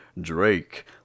Drake